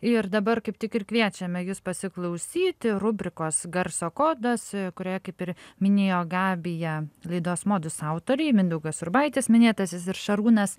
ir dabar kaip tik ir kviečiame jus pasiklausyti rubrikos garso kodas kurioje kaip ir minėjo gabija laidos modus autoriai mindaugas urbaitis minėtasis ir šarūnas